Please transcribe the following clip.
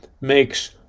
makes